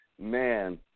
man